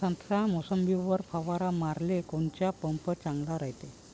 संत्रा, मोसंबीवर फवारा माराले कोनचा पंप चांगला रायते?